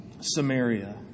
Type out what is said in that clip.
Samaria